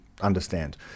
understand